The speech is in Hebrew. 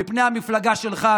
מפני המפלגה שלך,